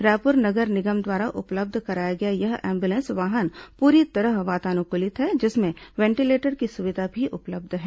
रायपुर नगर निगम द्वारा उपलब्ध कराया गया यह एंबुलेंस वाहन पूरी तरह वातानुकूलित है जिसमें वेंटीलेटर की सुविधा भी उपलब्ध है